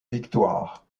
victoire